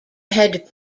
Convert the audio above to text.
had